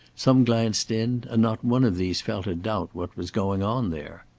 some glanced in, and not one of these felt a doubt what was going on there.